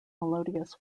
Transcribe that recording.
melodious